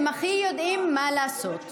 הם יודעים הכי טוב מה לעשות.